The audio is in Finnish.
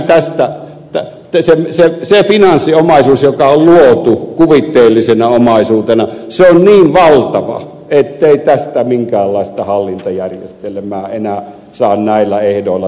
siis toisin sanoen se finanssiomaisuus joka on luotu kuvitteellisena omaisuutena on niin valtava ettei tästä minkäänlaista hallintajärjestelmää enää saa näillä ehdoilla tehdyksi